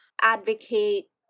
advocate